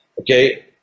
okay